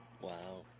Wow